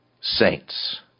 saints